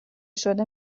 شده